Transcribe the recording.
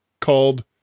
called